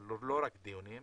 אבל לא רק דיונים,